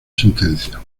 sentencia